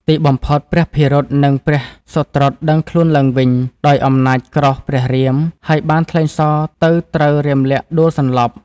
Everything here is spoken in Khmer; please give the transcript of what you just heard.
ទីបំផុតព្រះភិរុតនិងព្រះសុត្រុតដឹងខ្លួនឡើងវិញ ដោយអំណាចក្រោសព្រះរាម ហើយបានថ្លែងសរទៅត្រូវរាមលក្សណ៍ដួលសន្លប់។